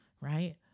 Right